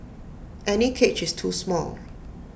any cage is too small